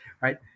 right